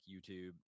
YouTube